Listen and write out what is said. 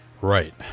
right